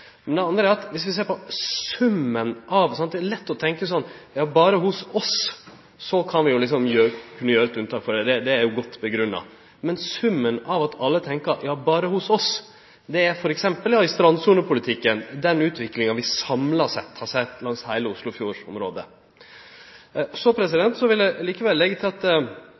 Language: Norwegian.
Det andre er at det er lett å tenkje sånn at berre hos oss kan vi gjere eit unntak for det, det er jo godt grunngjeve, men summen av at alle tenkjer at berre hos oss, vert f.eks. den utviklinga vi samla sett har sett i strandsonepolitikken langs heile oslofjordområdet. Så vil eg likevel leggje til at